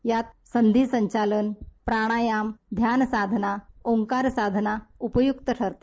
यात संधीसंचालन प्राणायाम ध्यानसाधना ओमकार साधना उपयुक्त ठरते